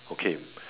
okay